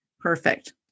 Perfect